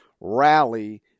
rally